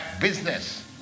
business